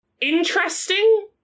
interesting